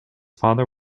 father